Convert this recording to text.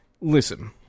Listen